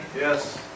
Yes